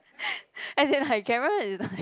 as in like Karen is not here